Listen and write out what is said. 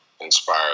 inspire